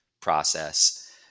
process